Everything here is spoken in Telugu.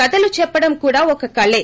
కథలు చెప్పడం కూడా ఒక కళే